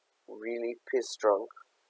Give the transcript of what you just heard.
really pissed drunk